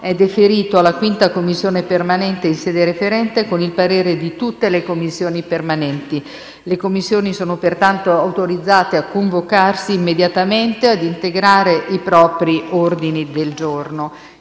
2019-2021) è deferito alla 5a Commissione permanente in sede referente con il parere di tutte le Commissioni permanenti. Le Commissioni sono pertanto autorizzate a convocarsi immediatamente e ad integrare i propri ordini del giorno.